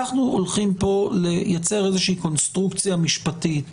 אנחנו הולכים פה לייצר איזה שהיא קונסטרוקציה משפטית